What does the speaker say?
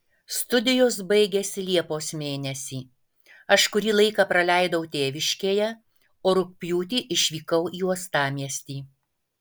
studijos baigėsi liepos mėnesį aš kurį laiką praleidau tėviškėje o rugpjūtį išvykau į uostamiestį